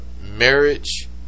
marriage